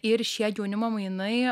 ir šie jaunimo mainai